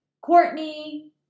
courtney